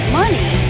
money